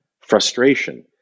frustration